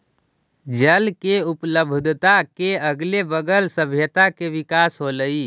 जल के उपलब्धता के अगले बगल सभ्यता के विकास होलइ